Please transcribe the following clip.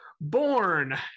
born